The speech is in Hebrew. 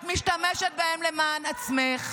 את משתמשת בהם למען עצמך.